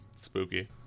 Spooky